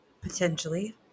Potentially